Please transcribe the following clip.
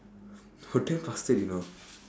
you're damn bastard you know